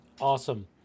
awesome